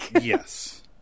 Yes